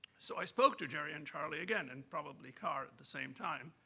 so i spoke to jerry and charlie again, and probably carr at the same time.